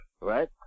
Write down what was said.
right